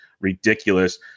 ridiculous